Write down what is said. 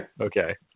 Okay